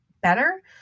better